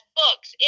books